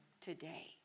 today